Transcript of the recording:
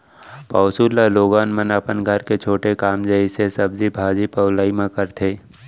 पौंसुल ल लोगन मन अपन घर के छोटे काम जइसे सब्जी भाजी पउलई म करथे